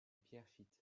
pierrefitte